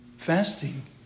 Fasting